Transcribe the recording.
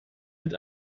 mit